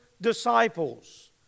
disciples